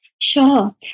Sure